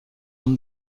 اون